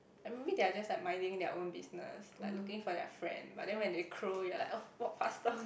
I mean they are just like minding their own business like looking for their friend but then when they cow you're like oh walk faster